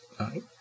Right